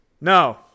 No